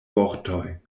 vortoj